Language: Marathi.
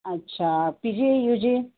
अच्छा पी जी यू जी